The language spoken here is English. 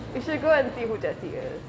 you should go and see jessie is